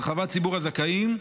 הרחבת ציבור הזכאים.